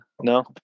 No